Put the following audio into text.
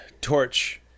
torch